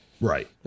Right